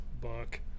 book